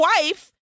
wife